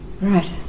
Right